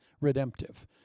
redemptive